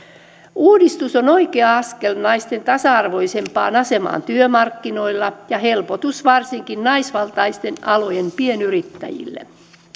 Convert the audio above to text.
uudistus on oikea askel naisten tasa arvoisempaan asemaan työmarkkinoilla ja helpotus varsinkin naisvaltaisten alojen pienyrittäjille